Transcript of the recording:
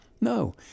No